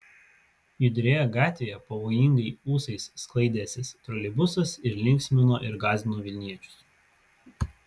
judrioje gatvėje pavojingai ūsais sklaidęsis troleibusas ir linksmino ir gąsdino vilniečius